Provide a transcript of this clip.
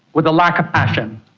with the lack of passion.